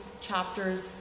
chapters